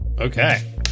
okay